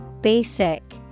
Basic